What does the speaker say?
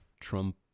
Trump